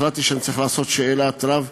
החלטתי שאני צריך לעשות שאלת רב.